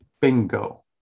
Bingo